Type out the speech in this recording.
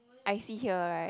I see here right